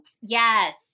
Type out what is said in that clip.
Yes